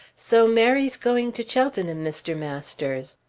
so mary's going to cheltenham, mr. masters.